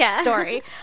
story